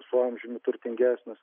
su amžiumi turtingesnis